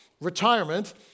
retirement